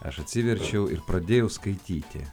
aš atsiverčiau ir pradėjau skaityti